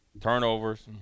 turnovers